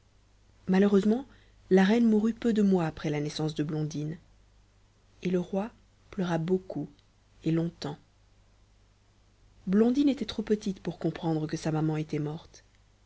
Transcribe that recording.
malheureusement la reine mourut peu de mois après la naissance de blondine et le roi pleura beaucoup et longtemps blondine était trop petite pour comprendre que sa maman était morte